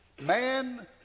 Man